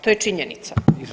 To je činjenica.